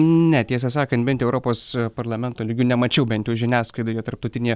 ne tiesą sakant bent europos parlamento lygiu nemačiau bent jau žiniasklaidoje tarptautinėje